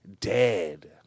dead